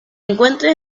encuentran